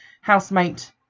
housemate